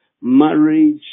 Marriage